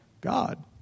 God